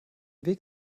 weg